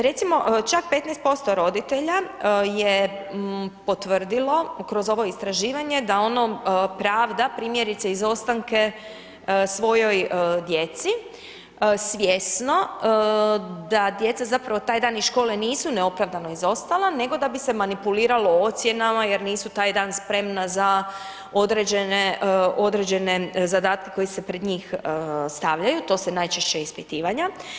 Recimo čak 15% roditelja je potvrdilo kroz ovo istraživanje da ono pravda primjerice izostanke svojoj djeci, svjesno, da djeca zapravo taj dan iz škole nisu neopravdano izostala, nego da bi se manipuliralo ocjenama, jer nisu taj dan spremna za određene zadatake, koje se pred njih stavljaju, to su najčešće ispitivanja.